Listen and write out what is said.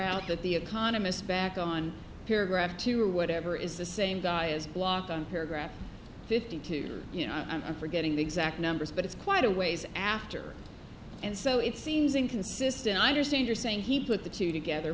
out that the economist back on paragraph two or whatever is the same guy is blocked on paragraph fifty two you know i'm forgetting the exact numbers but it's quite a ways after and so it seems inconsistent i understand you're saying he put the two together